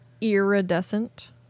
iridescent